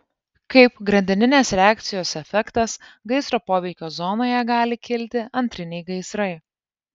kaip grandininės reakcijos efektas gaisro poveikio zonoje gali kilti antriniai gaisrai